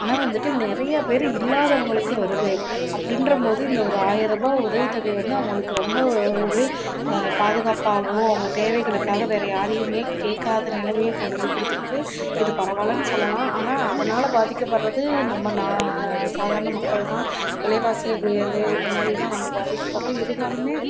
ஆனால் வந்துட்டு நிறையா பேர் இல்லாதவங்களுக்கு வருது அப்படின்ற போது இந்த ஒரு ஆயர்ரூபா உதவித்தொகை வந்து அவங்களுக்கு ரொம்ப ஒரு பாதுகாப்பாகவும் அவங்க தேவைகளுக்காக வேற யாரையுமே கேட்காத நிலைமையில் கொண்டு வந்து கொடுத்து இருக்குது இது வந்து பரவாயிலன்னு சொல்லலாம் ஆனால் அதனால் பாதிக்கப்படுறது நம்ம நான் சாதாரண மக்கள் தான் விலைவாசி உயர்வு இந்த மாதிரிலாம் நம்ம பாதிக்கப்படுகிறோம் இருந்தாலுமே